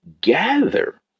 gather